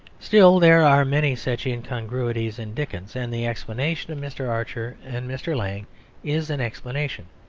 still there are many such incongruities in dickens and the explanation of mr. archer and mr. lang is an explanation.